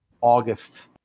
August